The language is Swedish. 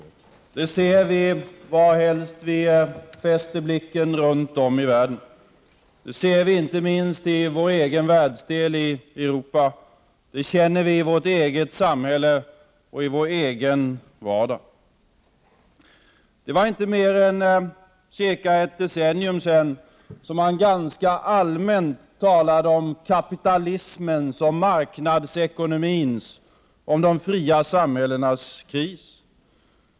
Det ser vi varhelst vi fäster blicken runt om i världen. Vi ser det inte minst i vår egen världsdel, Europa. Vi känner det i vårt eget samhälle och i vår egen vardag. För inte mer än cirka ett decennium sedan talade man ganska allmänt om kapitalismens, om marknadsekonomins, om de fria samhällenas kris.